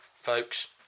folks